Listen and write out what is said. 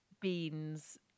Beans